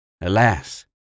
alas